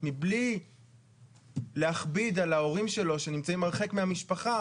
מבלי להכביד על ההורים שלו שנמצאים הרחק מהמשפחה,